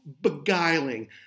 beguiling